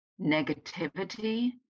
negativity